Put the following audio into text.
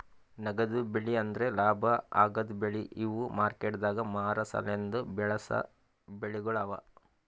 ನಗದು ಬೆಳಿ ಅಂದುರ್ ಲಾಭ ಆಗದ್ ಬೆಳಿ ಇವು ಮಾರ್ಕೆಟದಾಗ್ ಮಾರ ಸಲೆಂದ್ ಬೆಳಸಾ ಬೆಳಿಗೊಳ್ ಅವಾ